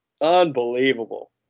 Unbelievable